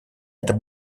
это